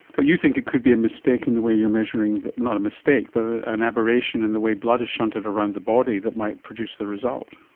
but you think it could be a mistake in the way you are measuring, not a mistake but an aberration in the way blood is shunted around the body that might produce the result.